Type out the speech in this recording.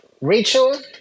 rachel